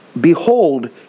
behold